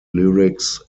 lyrics